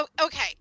Okay